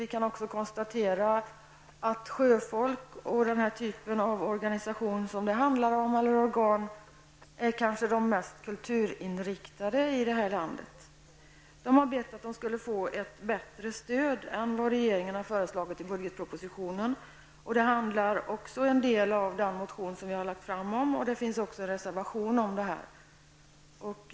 Vi kan också konstatera att sjöfolk och den här typen av organisation eller organ som det handlar om kanske är de mest kulturinriktade i det här landet. De har bett att få ett bättre stöd än det regeringen har föreslagit i budgetpropositionen. Detta handlar också en del av den motion som vi har lagt fram om. Det finns också en reservation om detta.